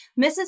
Mrs